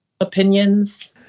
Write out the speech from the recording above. opinions